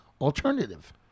alternative